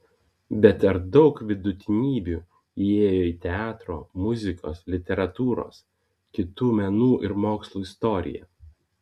bet ar daug vidutinybių įėjo į teatro muzikos literatūros kitų menų ir mokslų istoriją